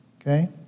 okay